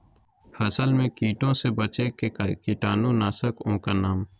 फसल में कीटों से बचे के कीटाणु नाशक ओं का नाम?